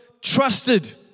trusted